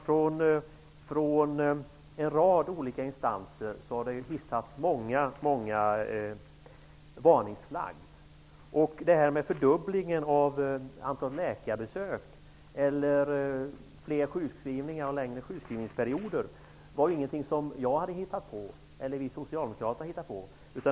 Från en rad olika instanser har det hissats varningsflaggor. Fördubblingen av antalet läkarbesök eller fler sjukskrivningar och längre sjukskrivningsperioder var ingenting som vi socialdemokrater hade hittat på.